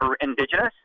indigenous